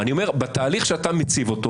בתהליך שאתה מציב,